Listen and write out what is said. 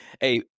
Hey